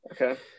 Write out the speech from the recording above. Okay